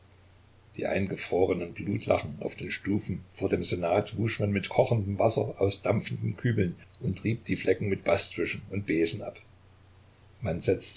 die eingefrorenen blutlachen auf den stufen vor dem senat wusch man mit kochendem wasser aus dampfenden kübeln und rieb die flecken mit bastwischen und besen ab man setzte